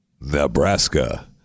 Nebraska